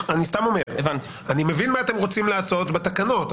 אני מבין מה אתם רוצים לעשות בתקנות,